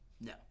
No